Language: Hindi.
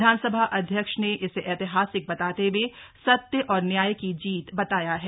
विधानसभा अध्यक्ष ने इसे ऐतिहासिक बताते हुए सत्य और न्याय की जीत बताया है